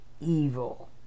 evil